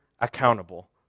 accountable